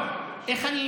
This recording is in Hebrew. אין בעיה.